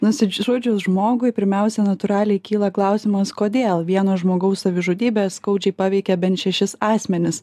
nusižudžius žmogui pirmiausia natūraliai kyla klausimas kodėl vieno žmogaus savižudybė skaudžiai paveikia bent šešis asmenis